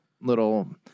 little